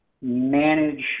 manage